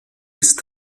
ist